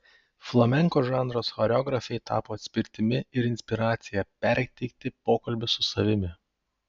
flamenko žanras choreografei tapo atspirtimi ir inspiracija perteikti pokalbius su savimi